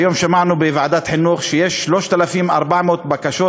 היום שמענו בוועדת החינוך שיש 3,400 בקשות